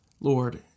Lord